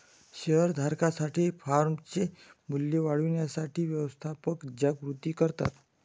share धारकांसाठी फर्मचे मूल्य वाढवण्यासाठी व्यवस्थापक ज्या कृती करतात